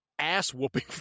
ass-whooping